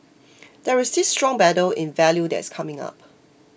there is this strong battle in value that is coming up